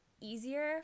easier